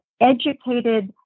educated